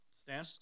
Stan